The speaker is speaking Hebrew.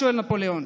שאל נפוליאון.